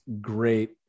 great